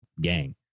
gang